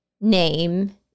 name